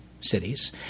cities